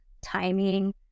timing